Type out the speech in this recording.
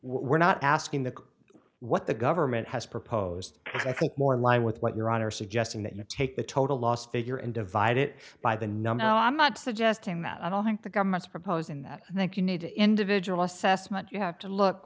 we're not asking the what the government has proposed i think more in line with what your honor suggesting that you take the total loss figure and divide it by the number no i'm not suggesting that i don't think the government's proposing that i think you need individual assessment you have to look